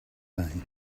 saying